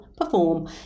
perform